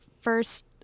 first